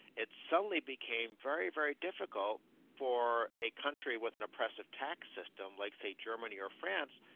it suddenly became very, very difficult for a country with an oppressive tax system, like say germany or france,